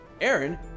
Aaron